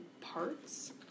parts